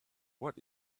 what